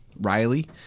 Riley